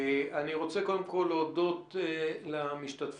אני רוצה, קודם כול, להודות למשתתפים.